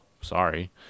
sorry